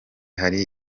hari